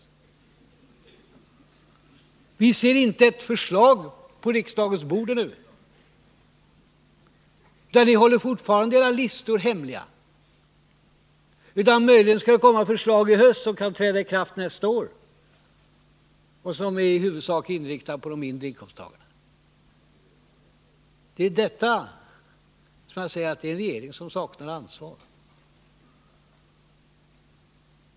Och vi ser ännu inte ett förslag på riksdagens bord, utan ni håller fortfarande era listor hemliga. Möjligen skail det komma förslag i höst som kan träda i kraft nästa år och som är inriktade i huvudsak på dem som har mindre inkomster. Det är därför jag säger att det är en regering som saknar ansvar.